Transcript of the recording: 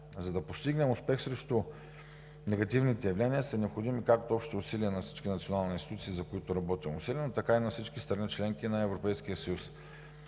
За да постигнем успех срещу негативните явления, са необходими както общите усилия на всички национални институции, за които работим усилено, така и на всички страни – членки на Европейския съюз.